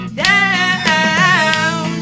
down